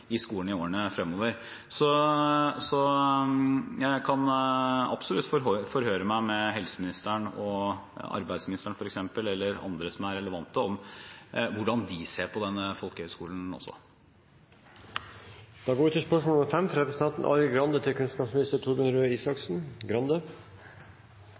i skolen i årene fremover. Så jeg kan absolutt forhøre meg med helseministeren og arbeidsministeren, f.eks., eller med andre som er relevante, om hvordan de ser på denne